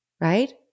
right